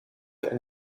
and